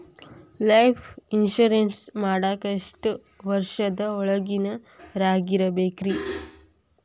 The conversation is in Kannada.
ಲೈಫ್ ಇನ್ಶೂರೆನ್ಸ್ ಮಾಡಾಕ ಎಷ್ಟು ವರ್ಷದ ಒಳಗಿನವರಾಗಿರಬೇಕ್ರಿ?